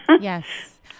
Yes